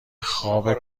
خوابه